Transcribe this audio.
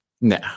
No